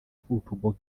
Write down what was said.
football